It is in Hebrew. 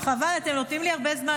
חבל, אתם נותנים לי הרבה זמן.